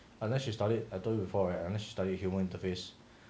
unless she studied I told you before right unless study human interface